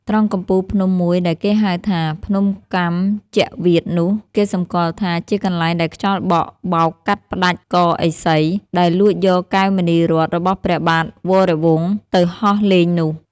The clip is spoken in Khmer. ត្រង់កំពូលភ្នំមួយដែលគេហៅថា ភ្នំកម្មជ្ជវាតនោះ គេសំគាល់ថា ជាកន្លែងដែលខ្យល់បក់ បោកកាត់ផ្តាច់កឥសី ដែលលួចយកកែវមណីរត្នរបស់ព្រះបាទវរវង្ស ទៅហោះលេងនោះ ។